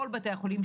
כל בתי החולים,